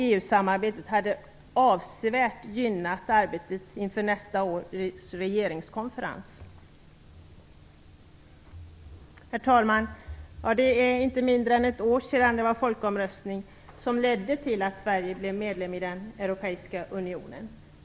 EU-samarbetet hade avsevärt gynnat arbetet inför nästa års regeringskonferens. Herr talman! Det är inte mindre än ett år sedan det var folkomröstning, vilket ledde till att Sverige blev medlem i den europeiska unionen.